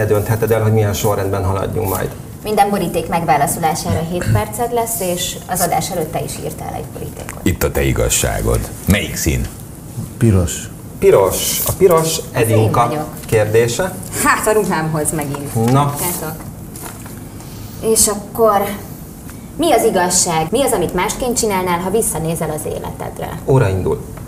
Te döntheted el, hogy milyen sorrendben haladjunk majd. Minden boríték megválaszolására hét perced lesz, és az adás előtt te is írtál egy borítékot. Itt a te igazságod. Melyik szín? Piros. Piros. A piros Az én Edinka vagyok. kérdése? Hát, a ruhámhoz megint. Na. Tudjátok. És akkor, mi az igazság? Mi az, amit másként csinálnál, ha visszanézel az életedre? Óra indul.